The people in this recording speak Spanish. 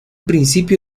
principio